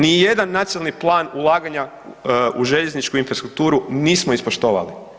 Nijedan nacionalni plan ulaganja u željezničku infrastrukturu nismo ispoštovali.